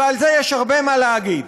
ועל זה יש הרבה מה להגיד.